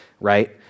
right